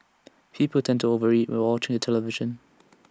people tend to over eat while watching the television